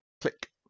Click